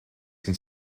can